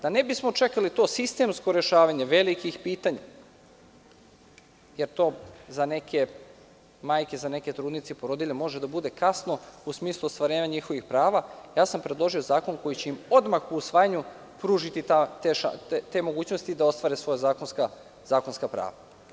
Da ne bismo čekali to sistemsko rešavanje velikih pitanja, jer to za neke majke, za neke trudnice i porodilje može da bude kasno u smislu ostvarenja njihovih prava, ja sam predložio zakon koji će im odmah po usvajanju pružiti te mogućnosti da ostvare svoja zakonska prava.